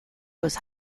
was